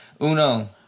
Uno